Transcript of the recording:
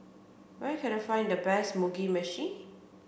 where can I find the best Mugi Meshi